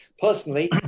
personally